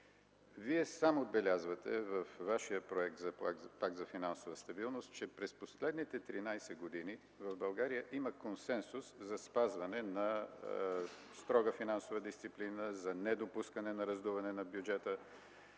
Вие сам отбелязвате във Вашия проект за Пакт за финансова стабилност, че през последните 13 години в България има консенсус за спазване на строга финансова дисциплина, за недопускане на раздуване на дефицита.